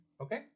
Okay